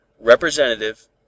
representative